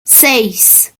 seis